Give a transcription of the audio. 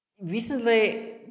Recently